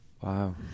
Wow